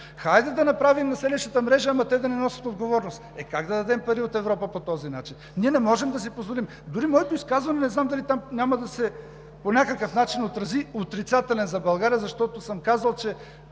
Хайде да направим и селищната мрежа, ама те да не носят отговорност! Е, как да дадем пари от Европа по този начин? Ние не можем да си позволим. Дори моето изказване – не знам дали там по някакъв начин няма да се отрази отрицателно за България, защото съм казал, че